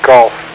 Golf